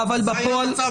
זה היה המצב